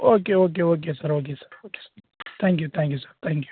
okay okay okay sir okay sir okay sir thank you thank you sir thank you